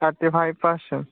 thirty five percent